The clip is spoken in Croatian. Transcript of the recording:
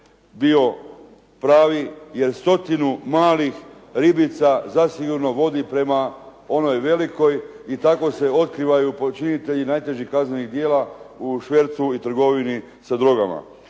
bio pravi jer stotinu malih ribica zasigurno vodi prema onoj velikoj i tako se otkrivaju počinitelji najtežih kaznenih djela u švercu i trgovini sa drogama.